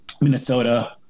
Minnesota